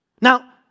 Now